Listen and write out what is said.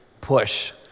push